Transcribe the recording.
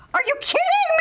are you kidding